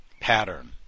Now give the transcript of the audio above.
Pattern